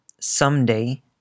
someday